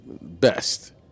best